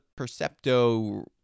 Percepto